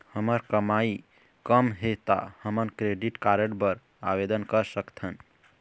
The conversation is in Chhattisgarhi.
हमर कमाई कम हे ता हमन क्रेडिट कारड बर आवेदन कर सकथन?